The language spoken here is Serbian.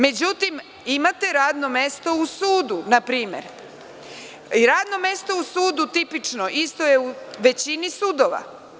Međutim, imate radno mesto u sudu, npr. Radno mesto u sudu tipično je, isto je u većini sudova.